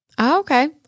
Okay